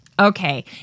Okay